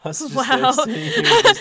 Wow